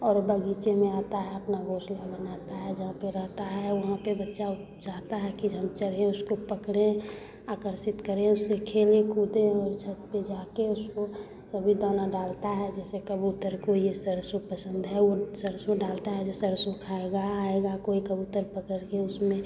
और बगीचे में आता है अपना घोंसला बनाता है जहाँ पर रहता है वहाँ पर बच्चा चाहता है कि हम चढ़ें उसको पकड़ें आकर्षित करें उससे खेलें कूदें और छत पर जाकर उसको सभी दाना डालता है जैसे कबूतर को यह सरसो पसंद है वह सरसो डालता है जो सरसो खाएगा आएगा कोई कबूतर पकड़कर उसमें